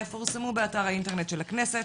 יפורסמו באתר האינטרנט של הכנסת,